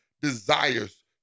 desires